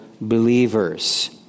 believers